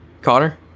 Connor